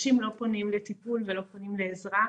אנשים לא פונים לטיפול ולא פונים לעזרה.